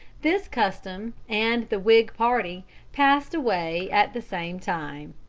this custom and the whig party passed away at the same time.